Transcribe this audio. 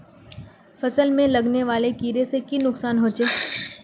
फसल में लगने वाले कीड़े से की नुकसान होचे?